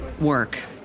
work